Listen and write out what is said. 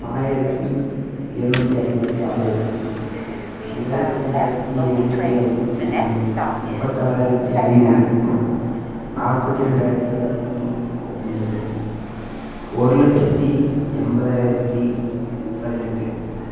ஆயிரத்து ஏழநூத்தி ஐம்பத்து ஆறு இருபத்தி ரெண்டாயிரத்தி ஏழநூத்தி ஐம்பத்து ரெண்டு முப்பத்தாறாயிரத்து ஐநூறு நாற்பத்தி ரெண்டாயிரத்தி ஐந்நூற்றி எண்பது ஒரு லட்சத்து எண்பதாராயிரத்தி பதினெட்டு